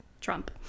Trump